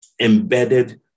embedded